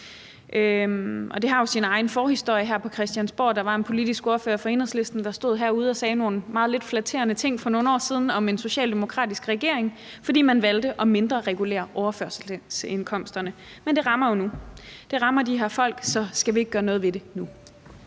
Det har jo sin egen forhistorie her på Christiansborg. Der var en politisk ordfører for Enhedslisten, der for nogle år siden stod herude og sagde nogle meget lidt flatterende ting om en socialdemokratisk regering, fordi man valgte at mindreregulere overførselsindkomsterne. Men det rammer jo nu, det rammer de her folk, så skal vi ikke gøre noget ved det nu?